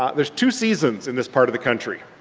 um there's two seasons in this part of the country.